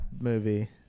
movie